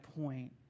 point